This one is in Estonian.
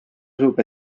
usub